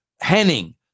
Henning